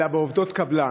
אלא לגבי עובדות קבלן,